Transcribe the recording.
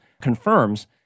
confirms